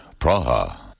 Praha